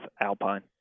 Alpine